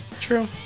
True